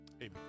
Amen